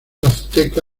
azteca